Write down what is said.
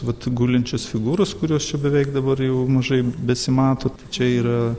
vat gulinčios figūros kurios čia beveik dabar jau mažai besimato čia yra